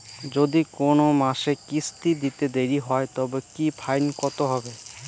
যদি কোন মাসে কিস্তি দিতে দেরি হয় তবে কি ফাইন কতহবে?